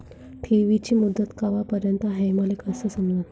ठेवीची मुदत कवापर्यंत हाय हे मले कस समजन?